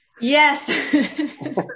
Yes